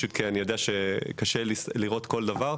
אני יודע שקשה לראות כל דבר.